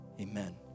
Amen